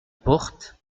porte